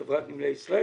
חברת נמלי ישראל,